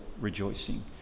rejoicing